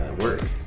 work